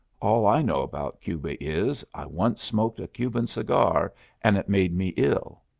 all i know about cuba is, i once smoked a cuban cigar and it made me ill.